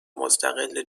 مستقل